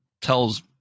tells